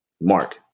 Mark